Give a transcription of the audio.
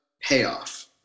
payoff